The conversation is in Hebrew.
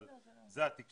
אבל זה התקצוב